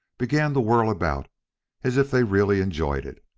began to whirl about as if they really enjoyed it.